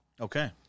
Okay